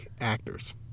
actors